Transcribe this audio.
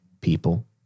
people